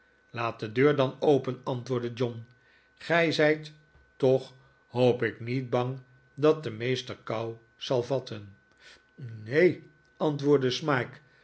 laat de deur dan open antwoordde john gij zijt toch hoop ik niet bang dat de meester kou zal vatten ne neen antwoordde smike